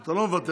אתה לא מוותר.